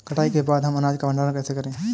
कटाई के बाद हम अनाज का भंडारण कैसे करें?